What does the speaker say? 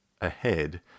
ahead